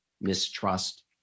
mistrust